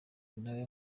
nawe